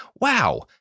Wow